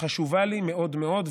חשובה לי מאוד מאוד.